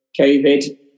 COVID